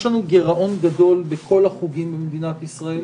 יש לנו גירעון גדול בכל החוגים במדינת ישראל